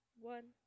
one